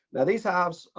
now these hives,